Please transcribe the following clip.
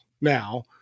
now